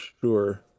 sure